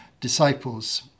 disciples